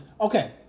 Okay